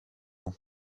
ans